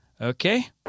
Okay